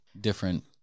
different